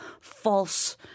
false